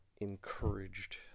encouraged